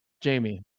Jamie